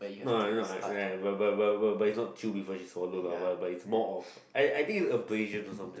not not I am not but but but but but is not true before she swallow lah but is more of I think is a pressure or something